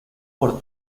por